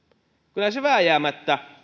kyllä se vääjäämättä